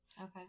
Okay